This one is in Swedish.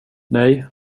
nej